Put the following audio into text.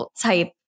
type